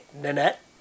Nanette